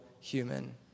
human